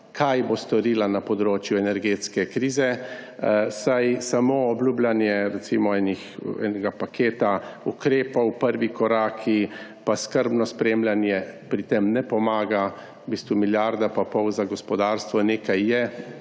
kaj bo storila na področju energetske krize, saj samo obljubljanje enega paketa ukrepov, prvi koraki, pa skrbno spremljanje pri tem ne pomaga, milijarda pa pol za gospodarstvo nekaj je,